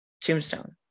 tombstone